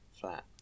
flat